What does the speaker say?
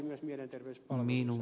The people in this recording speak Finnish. arvoisa puhemies